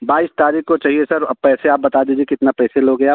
बाईस तारीख को चाहिए सर अब पैसे आप बता दीजिए कितना पैसे लोगे आप